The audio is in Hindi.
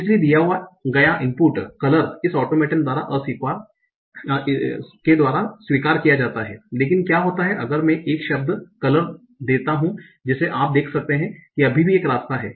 इसलिए दिया गया इनपुट कलर इस ऑटोमेटन द्वारा स्वीकार किया जाता है लेकिन क्या होता है अगर मैं एक शब्द कलर देता हूं जैसे आप देख सकते हैं कि अभी भी एक रास्ता है